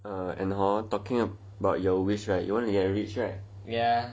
uh and hor talking about your wish right you want to get rich right